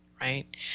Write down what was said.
right